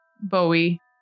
Bowie